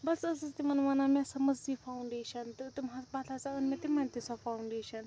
بہٕ ہسا ٲسٕس تِمَن وَنان مےٚ ہسا مٔژھ یہِ فانٛوڈیشَن تہٕ تِم ہا پَتہٕ ہَسا أنۍ مےٚ تِمَن تہِ سۄ فانٛوڈیشَن